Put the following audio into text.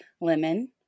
lemon